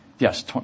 Yes